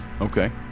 Okay